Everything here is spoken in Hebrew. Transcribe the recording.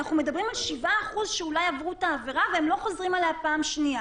אנחנו מדברים על 7% שאולי עברו את העבירה והם לא חוזרים עליה פעם שנייה.